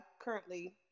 currently